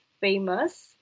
famous